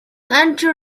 anti